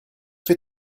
fait